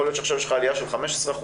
עכשיו יש עלייה של 15%,